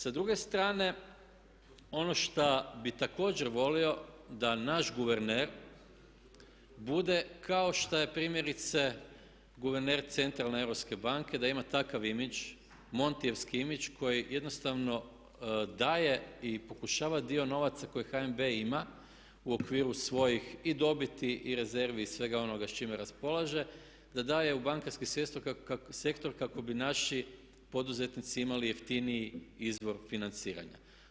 Sa druge strane, ono šta bih također volio da naš guverner bude kao šta je primjerice guverner Centralne europske banke, da ima takav image, montijevski image koji jednostavno daje i pokušava dio novaca koji HNB ima u okviru svojih i dobiti i rezervi i svega onoga s čime raspolaže, da daje u bankarski sektor kako bi naši poduzetnici imali jeftiniji izvor financiranja.